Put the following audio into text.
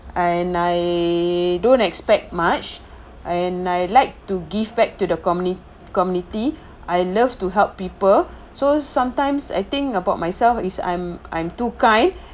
and I don't expect much and I like to give back to the communi~ community I love to help people so sometimes I think about myself is I'm I'm too kind